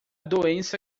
doença